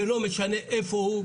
ולא משנה איפה הוא,